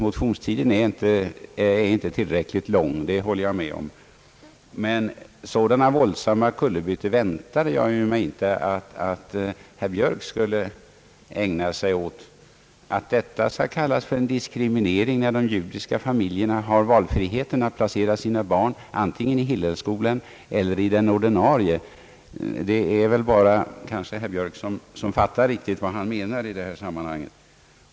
Motionstiden är inte tillräckligt lång — det håller jag med om — men sådana våldsamma kullerbyttor väntade jag mig inte att herr Björk skulle ägna sig åt. Skall detta kallas för en diskriminering, när de judiska familjerna har valfriheten att placera sina barn antingen i Hillelskolan eller i den ordinarie skolan! Det är väl bara herr Björk som riktigt förstår vad han menar i detta sammanhang.